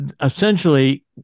essentially